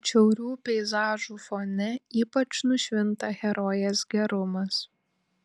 atšiaurių peizažų fone ypač nušvinta herojės gerumas